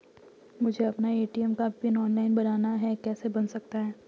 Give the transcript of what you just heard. मुझे अपना ए.टी.एम का पिन ऑनलाइन बनाना है कैसे बन सकता है?